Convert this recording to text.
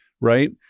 Right